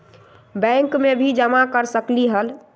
Bank में भी जमा कर सकलीहल?